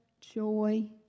joy